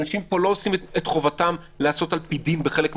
אנשים פה לא עושים את חובתם על פי דין בחלק מהמקומות,